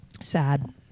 Sad